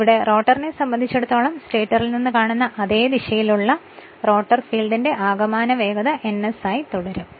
അതിനാൽ റോട്ടറിനെ സംബന്ധിച്ചിടത്തോളം സ്റ്റേറ്ററിൽ നിന്ന് കാണുന്ന അതേ ദിശയിലുള്ള റോട്ടർ ഫീൽഡിന്റെ ആകമാനമുള്ള വേഗത ns ആയി തുടരും